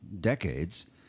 decades